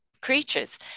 creatures